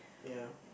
ya